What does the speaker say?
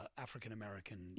African-American